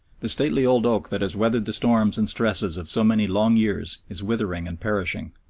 the stately old oak that has weathered the storms and stresses of so many long years is withering and perishing,